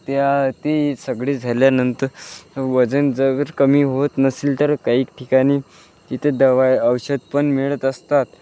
त्या ते सगळे झाल्यानंतर वजन जर कमी होत नसेल तर काही ठिकाणी तिथे दवा औषध पण मिळत असतात